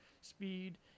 speed